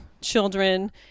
children